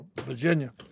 Virginia